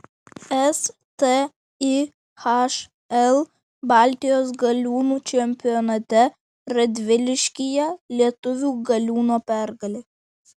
stihl baltijos galiūnų čempionate radviliškyje lietuvių galiūno pergalė